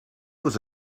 was